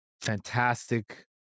fantastic